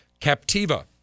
Captiva